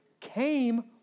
came